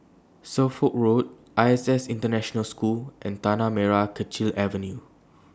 Suffolk Road I S S International School and Tanah Merah Kechil Avenue